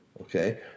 Okay